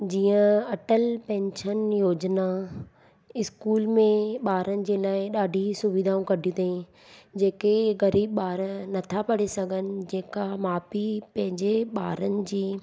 जीअं अटल पेंशन योजना स्कूल में ॿारनि जे लाइ ॾाढी सुविधाऊं कढियूं अथईं जेके ग़रीब ॿार नथा पढ़ी सघनि जेका माउ पीउ पंहिंजे ॿारनि जी